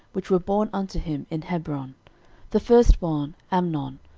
which were born unto him in hebron the firstborn amnon,